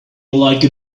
like